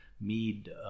mead